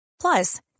Plus